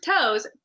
toes